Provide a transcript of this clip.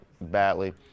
badly